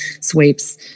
sweeps